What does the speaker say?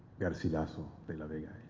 garcilaso de la vega.